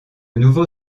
nouveau